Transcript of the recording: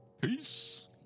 Peace